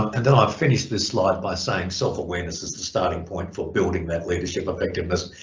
and then i finished this slide by saying self-awareness is the starting point for building that leadership effectiveness.